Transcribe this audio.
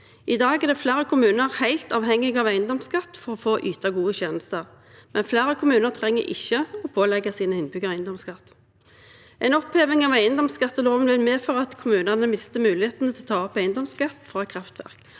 I dag er flere kommuner helt avhengige av eiendomsskatt for å yte gode tjenester, men flere kommuner trenger ikke å pålegge sine innbyggere eiendomsskatt. En oppheving av eiendomsskatteloven vil medføre at kommunene mister muligheten til å ta inn eiendomsskatt fra kraftverk,